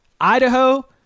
Idaho